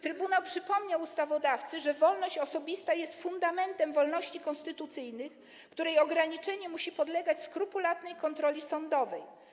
Trybunał przypomniał ustawodawcy, że wolność osobista jest fundamentem wolności konstytucyjnych, której ograniczenie musi podlegać skrupulatnej kontroli sądowej.